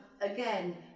again